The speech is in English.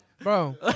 Bro